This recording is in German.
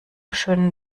schönen